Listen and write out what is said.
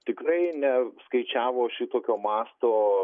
tikrai ne skaičiavo šitokio masto